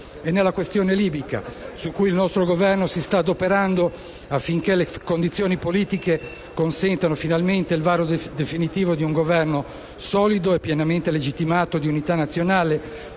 MED, e la questione libica, su cui il nostro Governo si sta adoperando affinché le condizioni politiche consentano finalmente il varo definitivo di un Governo solido e pienamente legittimato di unità nazionale,